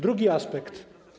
Drugi aspekt.